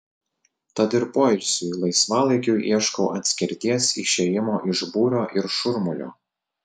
tad ir poilsiui laisvalaikiui ieškau atskirties išėjimo iš būrio ir šurmulio